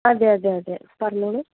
അതെ അതെ അതെ പറഞ്ഞോളൂ